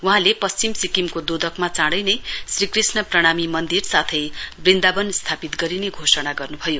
वहाँले पश्चिम सिक्किमको दोदकमा चाँडै नै श्रीकृष्ण प्रणामी मन्दिर साथै वृन्दावन स्थापित गरिने घोषणा गर्न भयो